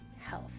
health